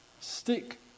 stick